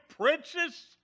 princess